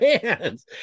fans